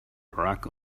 barack